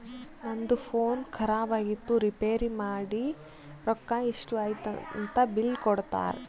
ನಂದು ಫೋನ್ ಖರಾಬ್ ಆಗಿತ್ತು ರಿಪೇರ್ ಮಾಡಿ ರೊಕ್ಕಾ ಎಷ್ಟ ಐಯ್ತ ಅಂತ್ ಬಿಲ್ ಕೊಡ್ತಾರ್